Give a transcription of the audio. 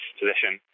position